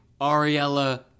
Ariella